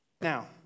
Now